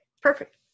Perfect